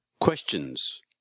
questions